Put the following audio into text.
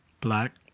Black